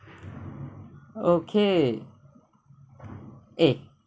okay eh